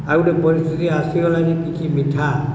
ଆଉ ଗୋଟେ ପରିସ୍ଥିତି ଆସିଗଲା ଯେ କିଛି ମିଠା